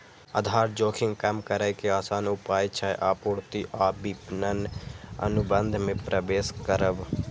आधार जोखिम कम करै के आसान उपाय छै आपूर्ति आ विपणन अनुबंध मे प्रवेश करब